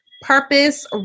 Purpose